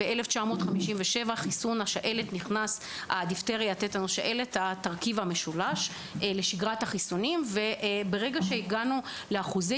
בשנת 1957 נכנס חיסון השעלת לשגרת החיסונים וברגע שהגענו לאחוזי